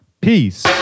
Peace